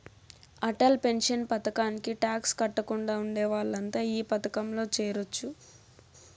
Atal pension పథకానికి tax కట్టకుండా ఉండే వాళ్లంతా ఈ పథకంలో చేరొచ్చు